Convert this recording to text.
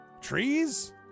Trees